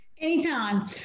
Anytime